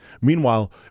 Meanwhile